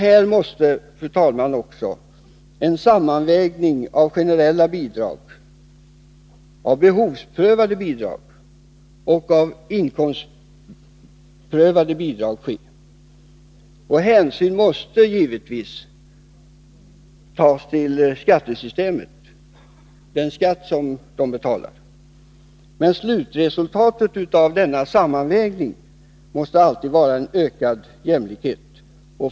Här måste, fru talman, också en sammanvägning av generella bidrag, behovsprövade bidrag och inkomstprövade bidrag ske. Hänsyn måste givetvis tas till skattesystemet, dvs. till den skatt vederbörande betalar. Men slutresultatet av denna sammanvägning måste alltid vara en ökad jämlikhet.